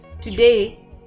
Today